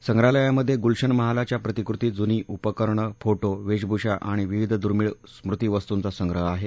संग्रहालयामधे गुलशन महालाच्या प्रतिकृती जुनी उपकरणं फोट्ट वेशभूषा आणि विविध दुर्मिळ स्मृतीकस्तूघा संग्रह आहे